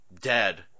dead